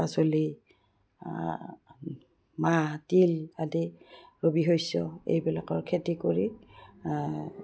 পাচলি মাহ তিল আদি ৰবি শস্য এইবিলাকৰ খেতি কৰি